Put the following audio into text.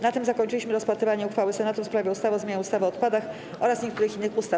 Na tym zakończyliśmy rozpatrywanie uchwały Senatu w sprawie ustawy o zmianie ustawy o odpadach oraz niektórych innych ustaw.